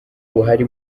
buhari